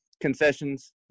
Concessions